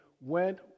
went